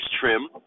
trim